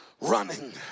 running